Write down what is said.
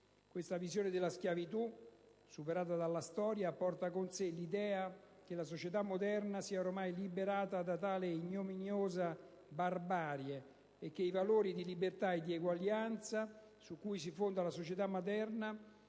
Questa visione della schiavitù, superata dalla storia, porta con sé l'idea che la società moderna sia ormai liberata da tale ignominiosa barbarie e che i valori di libertà e di uguaglianza su cui essa si fonda, sanciti